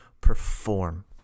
perform